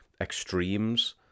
extremes